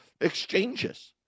exchanges